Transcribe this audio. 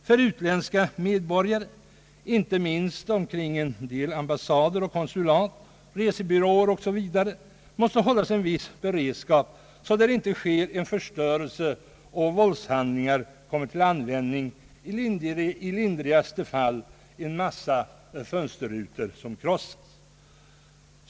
För utländska medborgare, inte minst kring en del ambassader, konsulat, resebyråer osv., måste hållas en viss beredskap så att det inte sker våldshandlingar och förstörelse med i lindrigaste fall en massa krossade fönsterrutor som resultat.